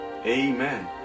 Amen